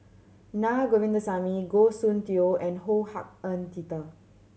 Naa Govindasamy Goh Soon Tioe and Ho Hak Ean Peter